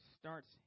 starts